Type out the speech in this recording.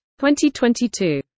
2022